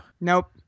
Nope